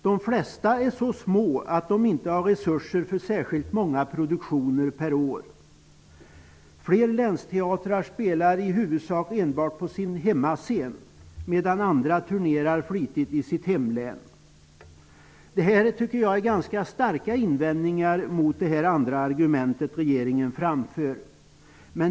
De flesta är så små att de inte har resurser för särskilt många produktioner per år. Flera länsteatrar spelar i huvudsak på sin hemmascen medan andra turnerar flitigt i sitt hemlän. Jag tycker att detta är ganska starka invändningar mot regeringens andra argument.